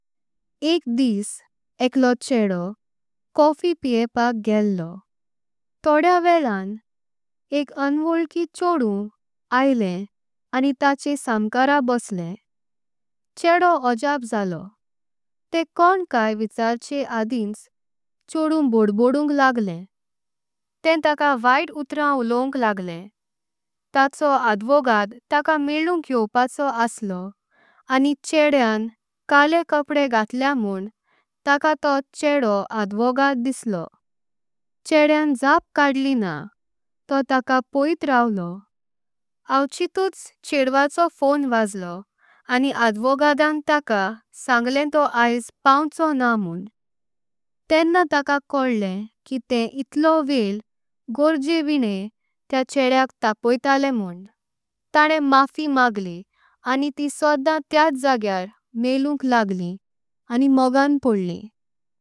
एक दिस एकलो चेडो कॉफी पिवेपाक गेल्लो। तोडेया वेल्लां एक अन्वोलकी चोडू आयले आनी। ताचे समकारा बसलें चेडो ओजप जालो तेम। कोंण कै विचारचे अदिंच चोडू बोडबोडुंक लगले। तेम तका वैत्त उत्रां उलओंक लगले ताचो अदवगाध। तका मेळ्ळुंक येवचो आसलो आनी चेडेंन काले कपडे। घातलेआ म्होन तका तो चेडो अदवगाध दिसलो। चेडेंन जाप काडली ना तो तका पवईत रांवळो। आवचितुच चेडवाचो फोन वाजलो आनी अदवगाधान। तका सांगणे तो आयस पावचो ना म्होन तेन्ना तका कोल्ले। की तेम इत्तलो वेल्ल गोरजेविण्णें तेआ चेडेआक। तापोइतलेआ म्होन तांन्ने माफी मागली आनी तीं। सोदाम तेज जगेआर मेळ्ळुंक लगली आनी मोगण पोडलीं।